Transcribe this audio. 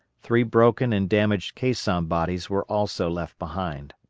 three broken and damaged caisson bodies were also left behind.